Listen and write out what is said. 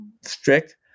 strict